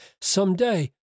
someday